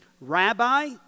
Rabbi